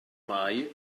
mae